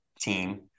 team